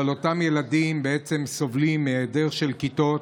אבל אותם ילדים בעצם סובלים ממחסור בכיתות.